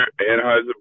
Anheuser